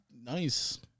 nice